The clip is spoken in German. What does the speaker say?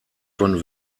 von